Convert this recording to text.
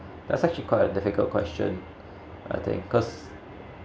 that's actually quite a difficult question I think cause